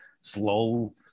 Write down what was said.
slow